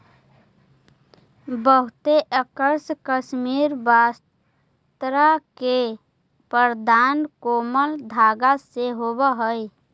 बहुते आकर्षक कश्मीरी वस्त्र के उत्पादन कोमल धागा से होवऽ हइ